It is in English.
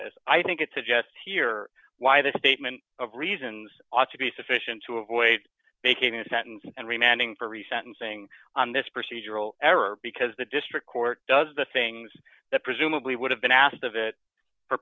as i think it suggests here why the statement of reasons ought to be sufficient to avoid making a sentence and remanding for resentencing on this procedural error because the district court does the things that presumably would have been asked of it for